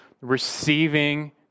Receiving